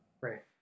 Right